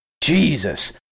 Jesus